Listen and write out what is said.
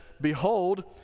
Behold